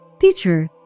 Teacher